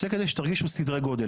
זה כדי שתרגישו סדרי-גודל.